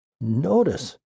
notice